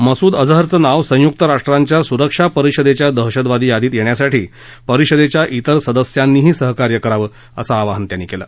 मसूद अजहरचं नाव संयुक्त राष्ट्राच्या सुरक्षा परिषदेच्या दहशतवादी यादीत येण्यासाठी परिषदेच्या तिर सदस्यांनीही सहकार्य करावं असं आवाहन त्यांनी केलं